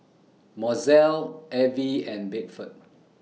Mozelle Evie and Bedford